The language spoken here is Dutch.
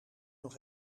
nog